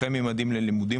אחרי ממדים ללימודים,